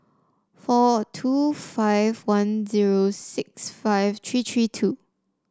four two five one zero six five three three two